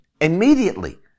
immediately